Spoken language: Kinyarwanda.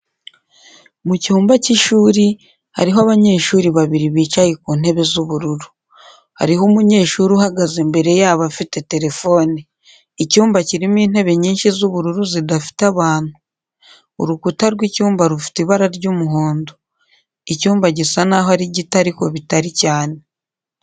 Mu cyumba cy'ishuri, hariho abanyeshuri babiri bicaye ku ntebe z'ubururu. Hariho umunyeshuri uhagaze imbere yabo afite telefone. Icyumba kirimo intebe nyinshi z'ubururu zidafite abantu. Urukuta rw'icyumba rufite ibara ry'umuhondo. Icyumba gisa n'aho ari gito ariko bitari cyane.